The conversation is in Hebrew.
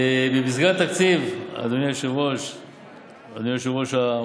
במסגרת התקציב, אדוני יושב-ראש האופוזיציה,